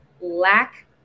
lack